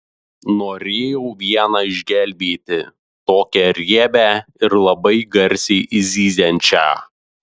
norėjau vieną išgelbėti tokią riebią ir labai garsiai zyziančią